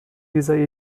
dieser